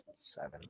Seven